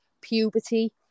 puberty